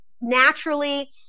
naturally